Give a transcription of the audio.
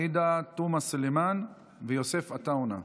עאידה תומא סלימאן ויוסף עטאונה.